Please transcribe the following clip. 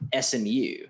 SMU